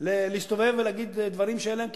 להסתובב ולהגיד דברים שאין להם כיסוי.